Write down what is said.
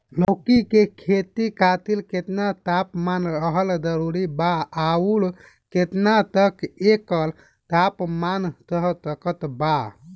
लौकी के खेती खातिर केतना तापमान रहल जरूरी बा आउर केतना तक एकर तापमान सह सकत बा?